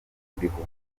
ibihumbi